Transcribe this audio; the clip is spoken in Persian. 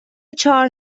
چهار